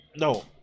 No